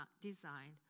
designed